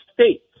States